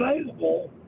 available